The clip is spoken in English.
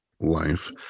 Life